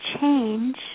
change